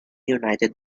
united